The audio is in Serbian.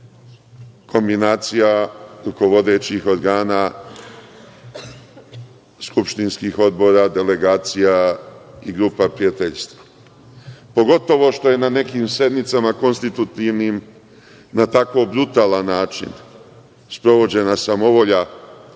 kombinacija rukovodećih organa, skupštinskih odbora, delegacija i grupa prijateljstava, pogotovo što je na nekim sednicama konstitutivnim na tako brutalan način sprovođena samovolja